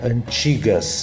Antigas